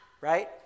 right